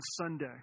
Sunday